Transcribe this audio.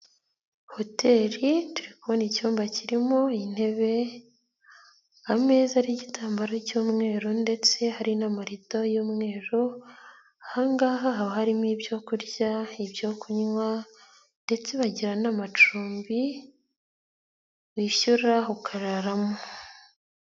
Hoteli turikubona icyumba kirimo intebe, ameza ariho igitambaro cy'umweru ndetse hari n'amarido y'umweru. Ahangaha haba harimo ibyo kurya ibyo kunywa, ndetse bagira n'amacumbi, wishyura ukararamo.